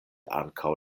ankaŭ